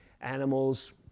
animals